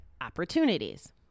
opportunities